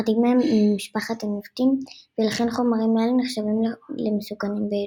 אחדים מהם ממשפחת הנפטים ולכן חומרים אלו נחשבים למסוכנים יותר.